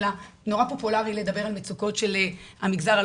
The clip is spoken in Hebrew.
אני ידעתי שאני לא יכולה להרשות לעצמי להישאר ביישוב,